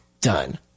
done